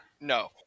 no